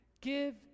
Give